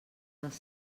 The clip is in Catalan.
dels